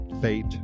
fate